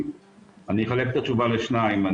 אני אחלק את התשובה לשניים.